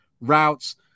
routes